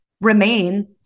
remain